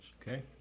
Okay